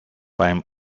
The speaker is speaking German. beim